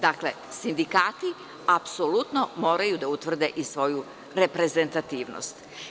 Dakle, sindikati apsolutno moraju da utvrde i svoju reprezentativnost.